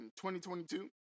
2022